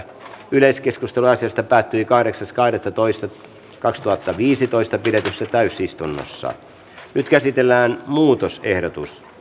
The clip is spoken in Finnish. yleiskeskustelu asiasta päättyi kahdeksas kahdettatoista kaksituhattaviisitoista pidetyssä täysistunnossa nyt käsitellään muutosehdotukset